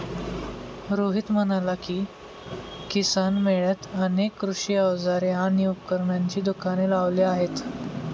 रोहित म्हणाला की, किसान मेळ्यात अनेक कृषी अवजारे आणि उपकरणांची दुकाने लावली आहेत